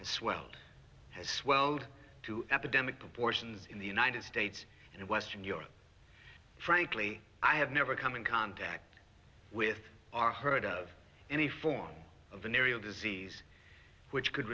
and swelled and swelled to epidemic proportions in the united states and western europe frankly i have never come in contact with are heard of any form of an aerial disease which could